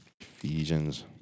Ephesians